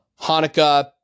Hanukkah